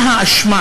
מה ההאשמה